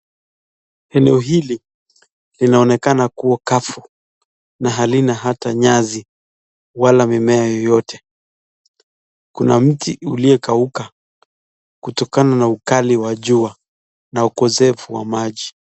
Eneo hili linaonekana kuwa kavu na halina hata nyasi wala mimea yeyote, kuna mti uliyekauka kutokana na ukali wa jua na ukosefu wa maji.